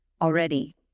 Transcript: already